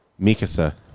Mikasa